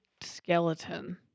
skeleton